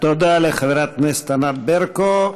תודה לחברת הכנסת ענת ברקו.